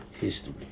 History